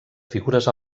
figures